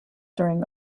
during